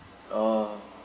oh